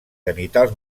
genitals